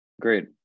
Great